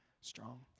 strong